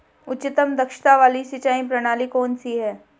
उच्चतम दक्षता वाली सिंचाई प्रणाली कौन सी है?